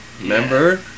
Remember